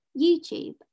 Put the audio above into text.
YouTube